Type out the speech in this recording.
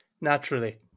Naturally